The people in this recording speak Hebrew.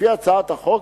לפי הצעת החוק,